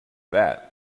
that